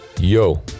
Yo